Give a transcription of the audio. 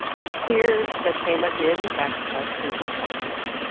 it was clear that shaima did, in fact, have cerebral palsy.